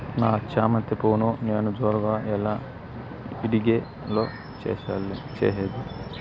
నా చామంతి పువ్వును నేను జోరుగా ఎలా ఇడిగే లో చేసేది?